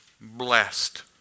blessed